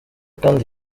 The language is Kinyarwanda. kandi